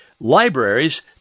libraries